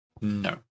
No